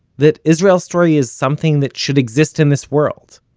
that israel story is something that should exist in this world.